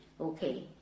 okay